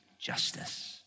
justice